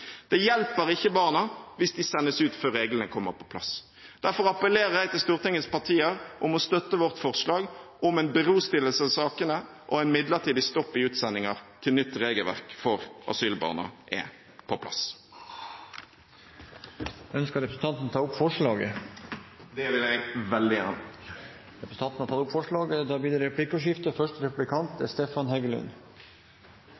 Det hjelper ikke barna hvis de sendes ut før reglene kommer på plass. Derfor appellerer jeg til Stortingets partier om å støtte vårt forslag om en berostillelse av sakene og en midlertidig stopp i utsendinger til nytt regelverk for asylbarna er på plass. Ønsker representanten å ta opp forslag? Det vil jeg veldig gjerne. Da har representanten Audun Lysbakken tatt opp det forslaget han refererte til. Det blir replikkordskifte.